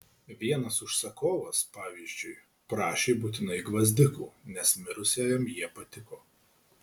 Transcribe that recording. vienas užsakovas pavyzdžiui prašė būtinai gvazdikų nes mirusiajam jie patiko